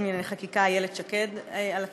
לענייני חקיקה איילת שקד על התמיכה,